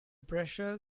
pressure